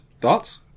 Thoughts